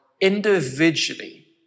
individually